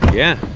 yeah.